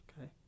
Okay